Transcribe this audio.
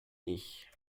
ich